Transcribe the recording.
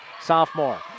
sophomore